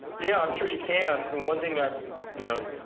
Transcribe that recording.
yeah, i'm sure you can and one thing that you know